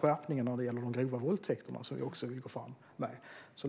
skärpningen när det gäller grova våldtäkter, som vi också vill gå fram med.